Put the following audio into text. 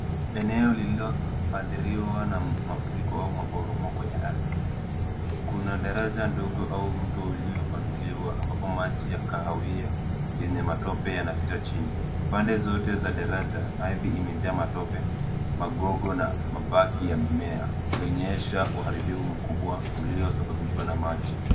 Eneo lililoathiriwa na mafuriko au maporomoko ya ardhi. Kuna daraja ndogo au mto uliopanuliwa ambapo maji ya kahawia yenye matope yanapita chini. Pande zote za daraja, ardhi imejaa matope, magogo na mabaki ya mimea ikionyesha uharibifu mkubwa uliosababishwa na maji.